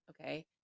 okay